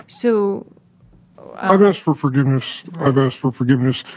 so i've asked for forgiveness. i've asked for forgiveness.